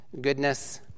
goodness